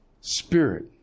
spirit